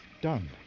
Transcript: done